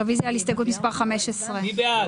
רוויזיה על הסתייגות מס' 50. מי בעד,